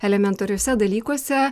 elementariuose dalykuose